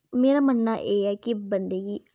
मेरा मन्नना एह् ऐ कि बंदे गी